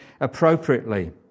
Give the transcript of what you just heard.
appropriately